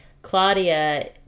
Claudia